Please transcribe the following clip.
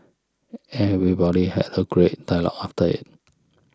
everybody had a great dialogue after it